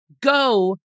go